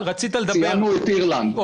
ציינו את אירלנד,